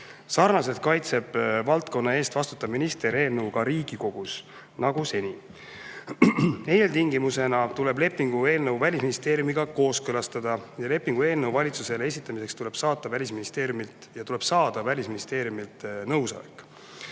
Samamoodi kaitseb valdkonna eest vastutav minister eelnõu ka Riigikogus, nagu seni. Eeltingimusena tuleb lepingu eelnõu Välisministeeriumiga kooskõlastada ja lepingu eelnõu valitsusele esitamiseks tuleb saada Välisministeeriumilt nõusolek.